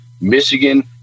Michigan